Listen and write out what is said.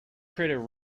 crater